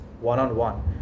one-on-one